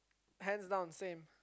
hands down same